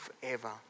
forever